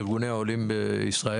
ארגוני העולים בישראל,